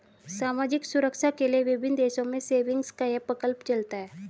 सामाजिक सुरक्षा के लिए विभिन्न देशों में सेविंग्स का यह प्रकल्प चलता है